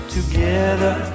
Together